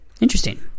Interesting